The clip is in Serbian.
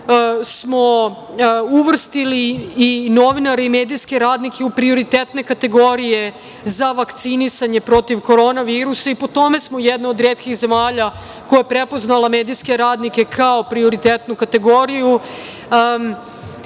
smo uvrstili i novinare i medijske radnike u prioritetne kategorije za vakcinisanje proti korona virusa i po tome smo jedna od retkih zemalja koja je prepoznala medijske radnike kao prioritetnu kategoriju. Radimo